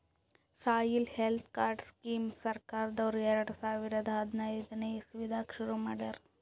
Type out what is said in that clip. soil health card scheme ಸರ್ಕಾರ್ದವ್ರು ಎರಡ ಸಾವಿರದ್ ಹದನೈದನೆ ಇಸವಿದಾಗ ಶುರು ಮಾಡ್ಯಾರ್